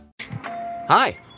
Hi